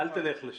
לא, אל תלך לשם.